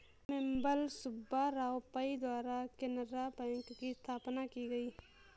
अम्मेम्बल सुब्बा राव पई द्वारा केनरा बैंक की स्थापना की गयी